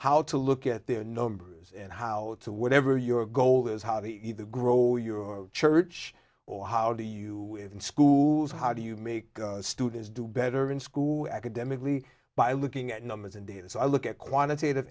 how to look at their numbers and how to whatever your goal is how to either grow your church or how do you have in schools how do you make students do better in school academically by looking at numbers and data so i look at quantitative